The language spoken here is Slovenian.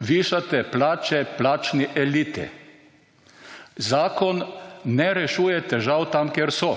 višate plače plačni eliti. Zakon ne rešuje težav tam kjer so.